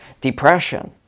depression